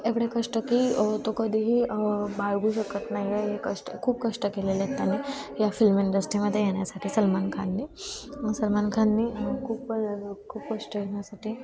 एवढे कष्ट की तो कधीही बाळगू शकत नाहीये हे कष्ट खूप कष्ट केलेलेत त्याने या फिल्म इंडस्ट्रीमध्ये येण्यासाठी सलमान खाननी सलमान खाननी खूपच खूप कष्ट येण्यासाठी